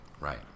Right